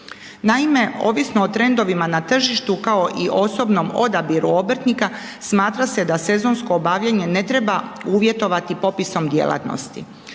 Naime, ovisno o trendovima na tržištu kao i osobnom odabiru obrtnika smatra se da sezonsko obavljanje ne treba uvjetovati popisom djelatnosti.